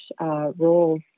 roles